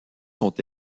sont